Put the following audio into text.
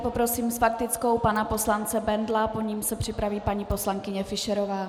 Poprosím s faktickou pana poslance Bendla, po něm se připraví paní poslankyně Fischerová.